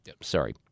sorry